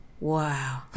Wow